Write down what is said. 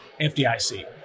FDIC